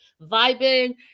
vibing